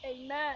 Amen